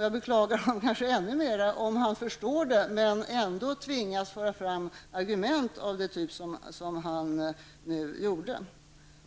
Jag beklagar honom ännu mera om han förstår men ändå tvingas föra fram argument av den typ som han nu gjorde.